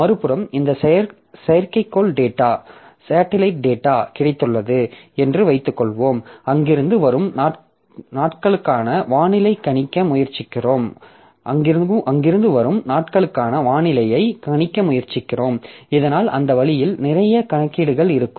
மறுபுறம் இந்த செயற்கைக்கோள் டேட்டா கிடைத்துள்ளது என்று வைத்துக்கொள்வோம் அங்கிருந்து வரும் நாட்களுக்கான வானிலை கணிக்க முயற்சிக்கிறோம் இதனால் அந்த வழியில் நிறைய கணக்கீடுகள் இருக்கும்